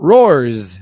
Roars